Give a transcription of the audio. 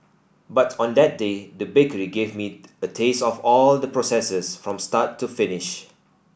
but on that day the bakery gave me a taste of all the processes from start to finish